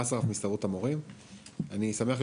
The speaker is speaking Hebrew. שלום אדוני,